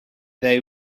they